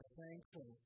thankful